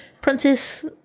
Princess